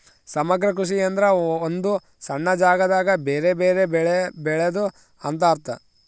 ಸಮಗ್ರ ಕೃಷಿ ಎಂದ್ರ ಒಂದು ಸಣ್ಣ ಜಾಗದಾಗ ಬೆರೆ ಬೆರೆ ಬೆಳೆ ಬೆಳೆದು ಅಂತ ಅರ್ಥ